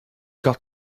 got